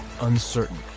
uncertain